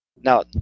Now